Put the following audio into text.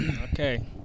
Okay